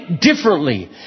differently